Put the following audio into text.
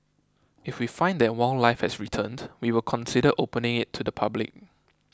if we find that wildlife has returned we will consider opening it to the public